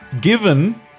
Given